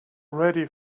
ready